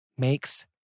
Makes